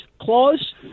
clause